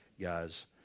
guys